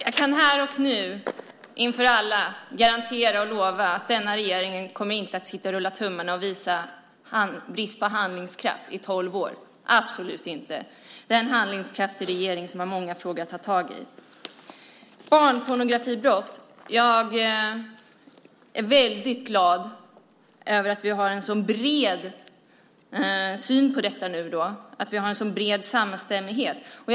Fru talman! Jag kan här och nu inför alla lova och garantera att denna regering inte kommer att sitta och rulla tummarna och visa brist på handlingskraft i tolv år, absolut inte. Det är en handlingskraftig regering som har många frågor att ta tag i. Jag är väldigt glad över att vi har en så bred samstämmighet vad gäller barnpornografibrott.